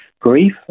grief